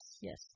Yes